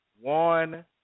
one